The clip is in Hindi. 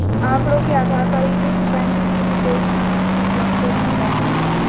आंकड़ों के आधार पर ही विश्व बैंक किसी भी देश की जी.डी.पी ग्रोथ को दर्शाता है